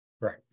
Right